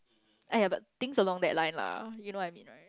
aiyah but things along that line lah you know what I mean right